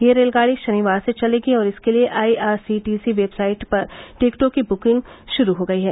यह रेलगाड़ी शनिवार से चलेगी और इसके लिए आईआरसीटीसी वेबसाइट पर टिकटों की बुकिंग शुरू हो गई है